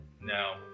No